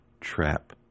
trap